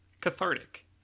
Cathartic